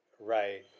right